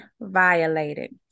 violated